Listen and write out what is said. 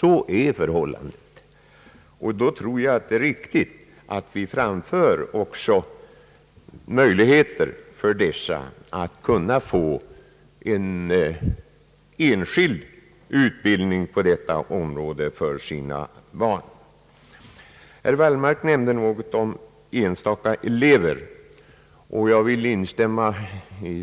Jag tror också att det är riktigt att vi ger möjlighet till enskild undervisning på detta område för sådana barn. Herr Wallmark nämnde något om enstaka elever, och jag vill i